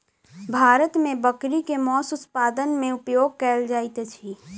भारत मे बकरी के मौस उत्पादन मे उपयोग कयल जाइत अछि